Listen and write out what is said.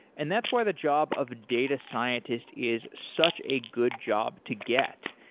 and that's where the job of data scientist is such a good job to get.